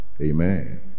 Amen